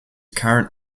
current